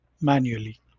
manually